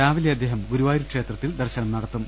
രാവിലെ അദ്ദേഹം ഗുരു വായൂർ ക്ഷേത്രത്തിൽ ദർശനം നടത്തും